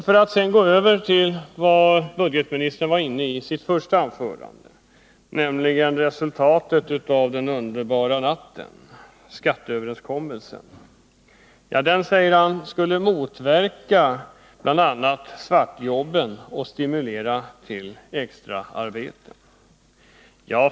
Låt mig sedan gå över till det som budgetministern var inne på i sitt huvudanförande, nämligen resultatet av den underbara natten — skatteöverenskommelsen. Den, säger han, skulle bl.a. motverka svartjobb och stimulera till extra arbete.